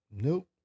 Nope